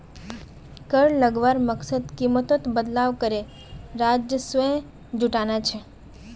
कर लगवार मकसद कीमतोत बदलाव करे राजस्व जुटाना छे